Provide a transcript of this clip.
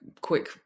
quick